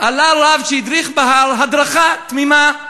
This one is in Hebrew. עלה רב שהדריך בהר הדרכה תמימה.